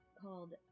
called